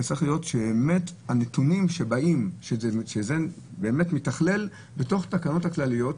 זה צריך להיות מתוכלל בתוך תקנות כלליות,